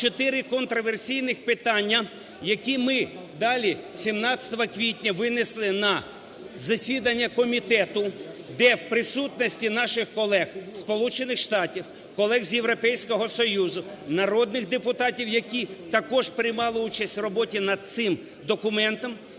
чотири контраверсійних питання, які ми далі 17 квітня винесли на засідання комітету, де в присутності наших колег із Сполучених Штатів, колег з Європейського Союзу, народних депутатів, які також приймали участь в роботі над цим документом